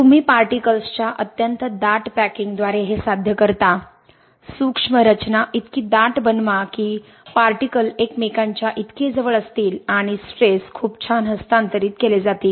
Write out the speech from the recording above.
तुम्ही पार्टिकल्सच्या अत्यंत दाट पॅकिंगद्वारे हे साध्य करता सूक्ष्म रचना इतकी दाट बनवा की पार्टिकलएकमेकांच्या इतके जवळ असतील आणि स्ट्रेस खूप छान हस्तांतरित केले जातील